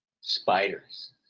spiders